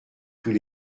tous